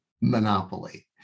monopoly